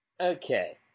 Okay